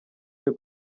cyo